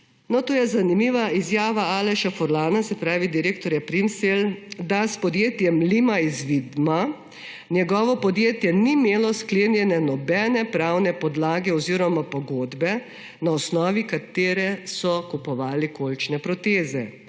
to je zanimiva izjava Aleša Furlana, se pravi direktorja Primsella, da s podjetjem Lima iz Vidma njegovo podjetje ni imelo sklenjene nobene pravne podlage oziroma pogodbe, na osnovi katere so kupovali kolčne proteze.